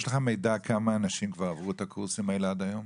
יש לך מידע כמה אנשים כבר עברו את הקורסים האלה עד היום?